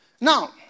Now